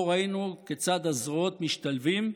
פה ראינו כיצד הזרועות משתלבות.